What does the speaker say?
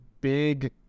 big